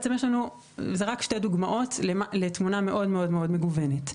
אלה רק שתי דוגמאות לתמונה מאוד מאוד מגוונת.